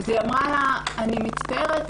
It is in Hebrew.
אז היא אמרה לה: אני מצטערת,